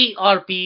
erp